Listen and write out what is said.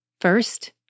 First